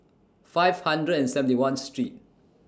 five hundred and seventy one Street